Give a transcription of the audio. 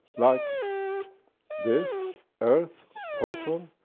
like this earth, proton,